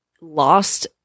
lost